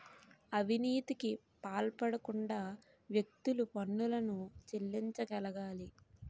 అవినీతికి పాల్పడకుండా వ్యక్తులు పన్నులను చెల్లించగలగాలి